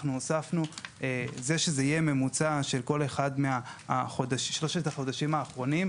אנחנו הוספנו את זה שזה יהיה ממוצע של שלושת החודשים האחרונים,